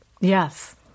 Yes